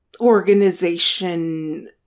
organization